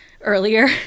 earlier